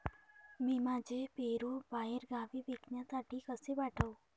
मी माझे पेरू बाहेरगावी विकण्यासाठी कसे पाठवू?